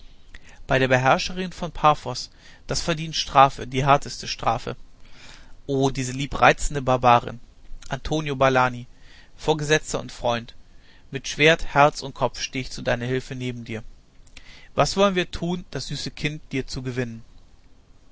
bei der beherrscherin von paphos das verdient strafe die härteste strafe o diese liebreizende barbarin antonio valani vorgesetzter und freund mit schwert herz und kopf steh ich zu deiner hülfe neben dir was wollen wir tun das süße kind dir zu gewinnen